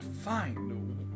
Fine